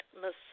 massage